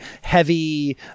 heavy